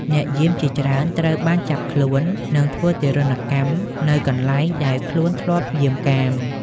អ្នកយាមជាច្រើនត្រូវបានចាប់ខ្លួន និងធ្វើទារុណកម្មនៅក្នុងកន្លែងដែលខ្លួនធ្លាប់យាមកាម។